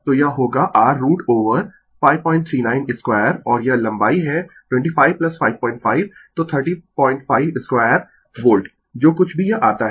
तो यह होगा r रूट ओवर 539 स्क्वायर और यह लंबाई है 25 55 तो 305 स्क्वायर वोल्ट जो कुछ भी यह आता है